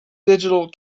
digital